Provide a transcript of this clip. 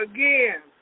Again